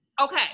Okay